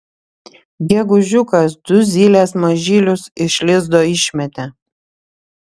gegužiukas du zylės mažylius iš lizdo išmetė